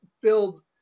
build